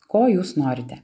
ko jūs norite